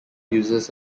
uses